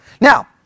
Now